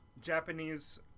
Japanese